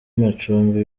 amacumbi